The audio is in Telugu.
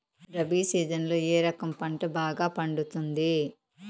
రబి సీజన్లలో ఏ రకం పంట బాగా పండుతుంది